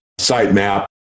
sitemap